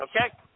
Okay